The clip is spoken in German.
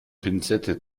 pinzette